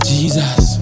Jesus